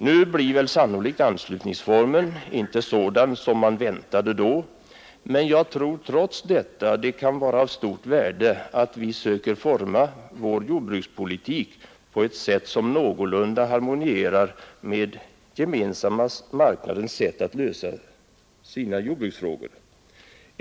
Nu blir sannolikt anslutningsformen inte sådan som man väntade då, men jag tror trots detta att det kan vara av stort värde att vi söker forma en jordbrukspolitik som någorlunda harmonierar med Gemensamma marknadens sätt att lösa sina jordbruksfrågor.